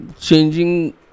changing